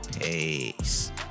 peace